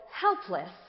helpless